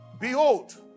behold